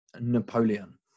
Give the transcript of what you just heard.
Napoleon